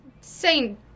Saint